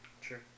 Sure